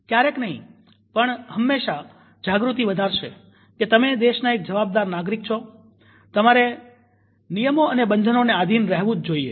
ક્યારેક નહી પણ હંમેશા જાગૃતિ વધારશે કે તમે દેશનાં એક જવાબદાર નાગરિક છો તમારે નિયમો અને બંધનોને આધીન રહેવું જ જોઈએ